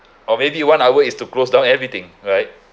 or maybe one hour is to close down everything right